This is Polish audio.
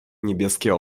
niebieskie